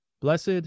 Blessed